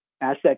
asset